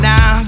Now